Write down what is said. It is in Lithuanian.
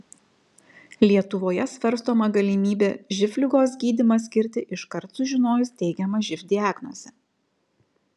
lietuvoje svarstoma galimybė živ ligos gydymą skirti iškart sužinojus teigiamą živ diagnozę